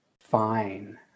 fine